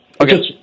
Okay